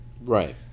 Right